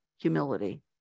humility